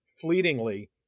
fleetingly